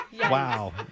Wow